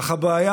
אך הבעיה,